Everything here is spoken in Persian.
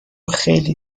خیلی